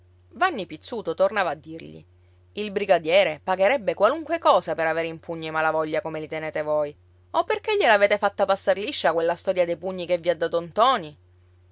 vanni pizzuto tornava a dirgli il brigadiere pagherebbe qualunque cosa per avere in pugno i malavoglia come li tenete voi o perché gliel'avete fatta passar liscia quella storia dei pugni che vi ha dato ntoni